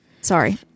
Sorry